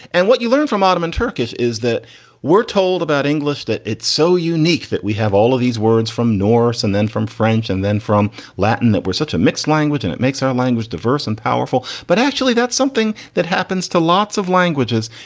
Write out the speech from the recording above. and what you learn from ottoman turkish is that we're told about english, that it's so unique that we have all of these words from norse and then from french and then from latin that we're such a mixed language and it makes our language diverse and powerful. but actually, that's something that happens to lots of languages,